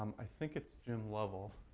i think it's jim lovell.